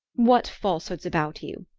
what falsehoods about you?